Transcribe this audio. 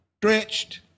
stretched